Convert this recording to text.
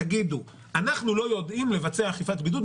תגידו: אנחנו לא יודעים לבצע אכיפת בידוד,